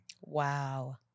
Wow